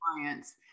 clients